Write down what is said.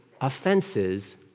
offenses